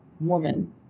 woman